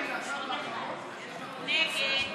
ההסתייגות